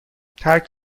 ترک